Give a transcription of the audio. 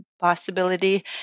possibility